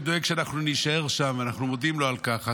הוא דואג שאנחנו נישאר שם ואנחנו מודים לו על כך,